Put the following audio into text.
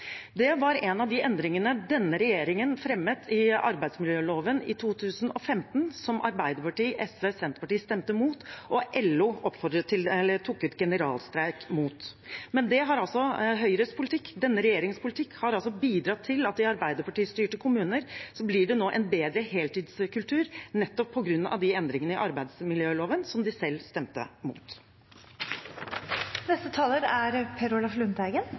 Det var en av de endringene denne regjeringen fremmet i arbeidsmiljøloven i 2015, som Arbeiderpartiet, SV og Senterpartiet stemte mot, og som LO tok ut generalstreik mot. Men det er altså Høyres politikk, denne regjeringens politikk, som har bidratt til at det i Arbeiderparti-styrte kommuner nå blir en bedre heltidskultur, nettopp på grunn av de endringene i arbeidsmiljøloven som de selv stemte